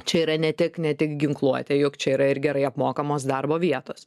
čia yra ne tik ne tik ginkluotė jog čia yra ir gerai apmokamos darbo vietos